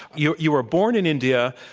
you you were born in india.